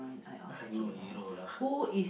I have no hero lah